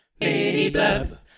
Mini-blub